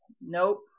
nope